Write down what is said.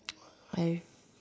why